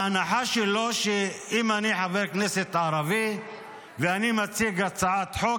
ההנחה שלו היא שאם אני חבר כנסת ערבי ואני מציג הצעת חוק,